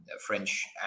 French